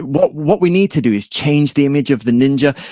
what what we need to do is change the image of the ninja.